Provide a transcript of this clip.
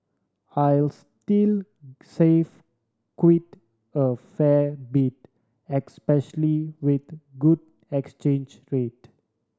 I'll still save quite a fair bit especially with the good exchange rate